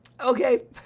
Okay